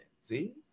See